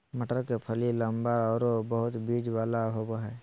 मटर के फली लम्बा आरो बहुत बिज वाला होबा हइ